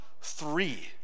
three